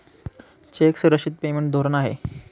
check सुरक्षित payment धोरण आहे